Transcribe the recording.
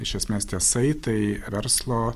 iš esmės tie saitai verslo